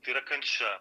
tai yra kančia